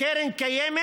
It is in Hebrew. קרן קיימת?